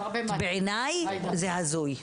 בעיניי זה הזוי.